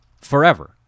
Forever